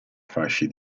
fasci